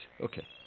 Okay